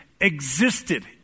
existed